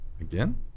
Again